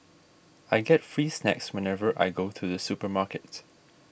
I get free snacks whenever I go to the supermarket